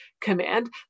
command